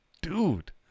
dude